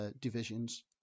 divisions